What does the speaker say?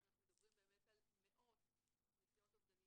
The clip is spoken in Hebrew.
אנחנו מעריכים את קיומו של היום בכלל ואנחנו באמת לוקחים חלק פעיל.